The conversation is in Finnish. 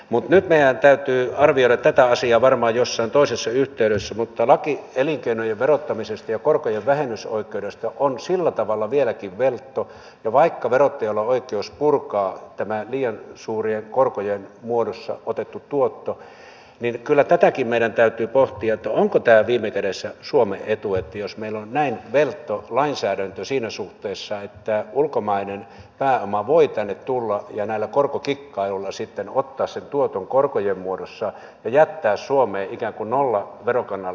nyt meidän täytyy arvioida tätä asiaa varmaan jossain toisessa yhteydessä mutta laki elinkeinojen verottamisesta ja korkojen vähennysoikeudesta on sillä tavalla vieläkin veltto ja vaikka verottajalla on oikeus purkaa tämä liian suurien korkojen muodossa otettu tuotto niin kyllä tätäkin meidän täytyy pohtia onko tämä viime kädessä suomen etu jos meillä on näin veltto lainsäädäntö siinä suhteessa että ulkomainen pääoma voi tänne tulla ja näillä korkokikkailuilla sitten ottaa sen tuoton korkojen muodossa ja jättää suomeen ikään kuin nollaverokannalla olevan yrityksen